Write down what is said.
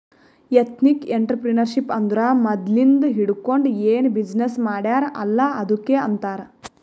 ethnic entrepreneurship ಅಂದುರ್ ಮದ್ಲಿಂದ್ ಹಿಡ್ಕೊಂಡ್ ಏನ್ ಬಿಸಿನ್ನೆಸ್ ಮಾಡ್ಯಾರ್ ಅಲ್ಲ ಅದ್ದುಕ್ ಆಂತಾರ್